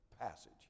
passage